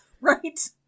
right